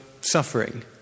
suffering